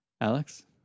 Alex